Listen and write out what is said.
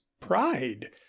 pride